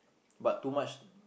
but too much